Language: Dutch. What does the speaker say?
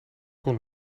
kon